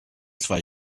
zwei